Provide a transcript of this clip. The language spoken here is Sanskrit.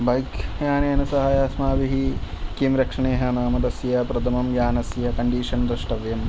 बैक् यानेन सह अस्माभिः किं रक्षणीयः नाम तस्य प्रथमं यानस्य कण्डीषन् द्रष्टव्यं